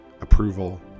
approval